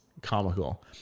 comical